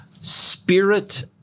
Spirit